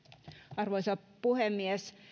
arvoisa puhemies